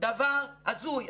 דבר הזוי,